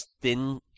thin